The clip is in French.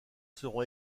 seront